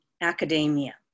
academia